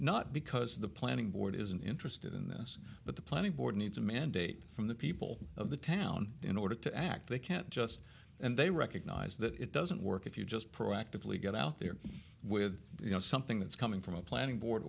not because the planning board isn't interested in this but the planning board needs a mandate from the people of the town in order to act they can't just and they recognize that it doesn't work if you just proactively get out there with you know something that's coming from a planning board